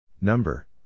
Number